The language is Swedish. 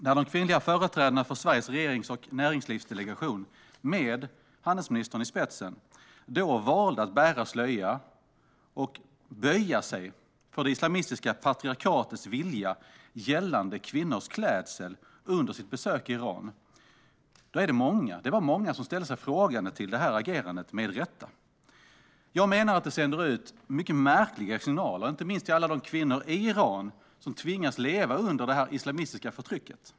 När de kvinnliga företrädarna för Sveriges regerings och näringslivsdelegation, med handelsministern i spetsen, då valde att bära slöja och böja sig för det islamistiska patriarkatets vilja gällande kvinnors klädsel under sitt besök i Iran var det många som med rätta ställde sig frågande till detta agerande. Jag menar att agerandet sänder ut mycket märkliga signaler, inte minst till alla de kvinnor i Iran som tvingas leva under det islamistiska förtrycket.